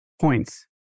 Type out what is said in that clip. points